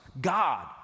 God